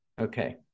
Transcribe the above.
Okay